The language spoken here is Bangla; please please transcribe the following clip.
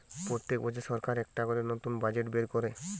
পোত্তেক বছর সরকার একটা করে নতুন বাজেট বের কোরে